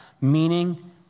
meaning